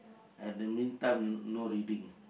at the meantime no reading